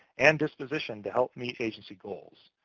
and disposition to help meet agency goals.